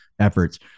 efforts